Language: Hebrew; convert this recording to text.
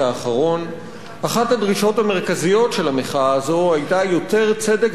אחת הדרישות המרכזיות של המחאה הזאת היתה יותר צדק במערכת המיסוי.